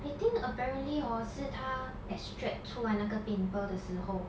I think apparently hor 是她 extract 出来那个 pimple 的时候